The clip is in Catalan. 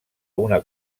una